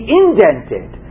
indented